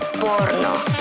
Porno